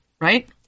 right